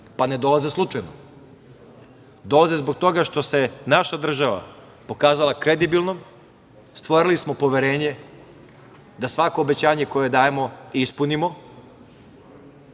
Pa ne dolaze slučajno. Dolaze zbog toga što se naša država pokazala kredibilnom, stvorili smo poverenje da svako obećanje koje damo i ispunimo